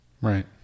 right